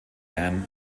anne